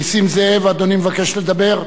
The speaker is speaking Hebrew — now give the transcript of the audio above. נסים זאב, אדוני מבקש לדבר?